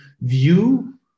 view